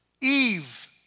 Eve